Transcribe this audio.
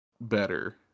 better